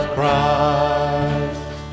Christ